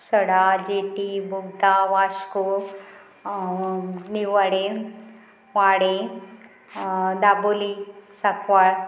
सडा jetty Bogda Vasco निवाडे वाडे दाबोली साकवाळ